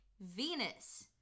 venus